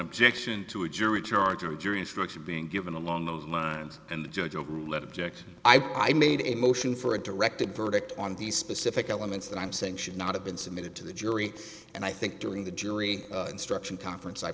objection to a jury charge or jury instruction being given along those lines and the judge overruled let object i made a motion for a directed verdict on the specific elements that i'm saying should not have been submitted to the jury and i think during the jury instruction conference i